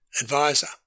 advisor